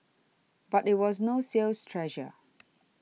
but it was no sales treasure